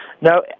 No